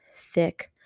thick